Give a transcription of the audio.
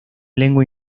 lengua